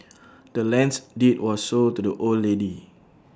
the land's deed was sold to the old lady